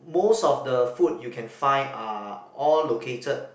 most of the food you can find are all located